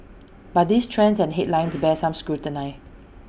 but these trends and headlines bear some scrutiny